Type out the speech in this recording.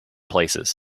places